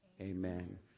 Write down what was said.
amen